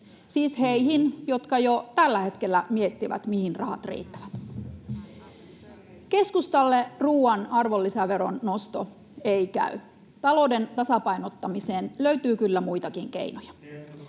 siis heihin, jotka jo tällä hetkellä miettivät, mihin rahat riittävät. Keskustalle ruoan arvonlisäveron nosto ei käy. Talouden tasapainottamiseen löytyy kyllä muitakin keinoja.